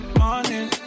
morning